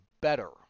better